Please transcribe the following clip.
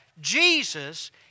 Jesus